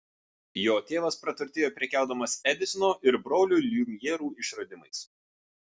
jo tėvas praturtėjo prekiaudamas edisono ir brolių liumjerų išradimais